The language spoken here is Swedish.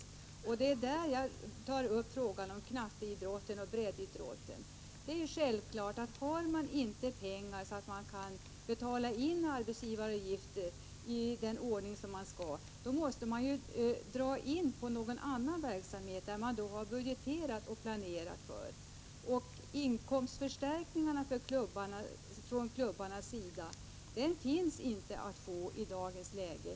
Det är i detta sammanhang som jag tar upp frågan om knatteoch breddidrotten. Om klubbarna inte har pengar till att betala in arbetsgivaravgifter i den ordning som de skall, måste de självfallet dra in på någon annan verksamhet, som de har budgeterat och planerat för. Några inkomstförstärkningar för klubbarna finns inte att få i dagens läge.